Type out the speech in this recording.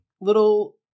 little